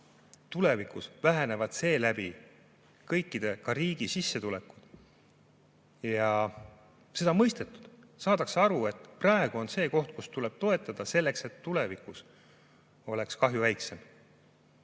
Tulevikus vähenevad seeläbi kõikide, ka riigi sissetulekud. Ja seda on mõistetud, saadakse aru, et praegu on see koht, kus tuleb toetada selleks, et tulevikus oleks kahju väiksem.